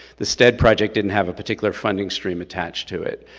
the sted project didn't have a particular funding stream attached to it,